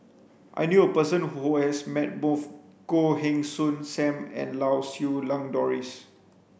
I knew a person who has met both Goh Heng Soon Sam and Lau Siew Lang Doris